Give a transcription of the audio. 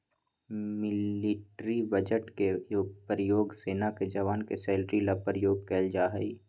military budget के प्रयोग सेना के जवान के सैलरी ला प्रयोग कइल जाहई